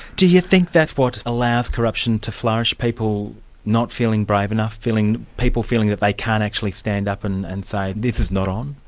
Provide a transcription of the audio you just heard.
do you think that's what allows corruption to flourish? people not feeling brave enough, people feeling that they can't actually stand up and and say this is not on?